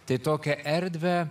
tai tokią erdvę